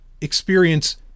experience